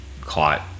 caught